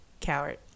Coward